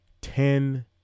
Ten